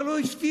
אבל הוא הבטיח.